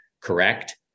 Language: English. correct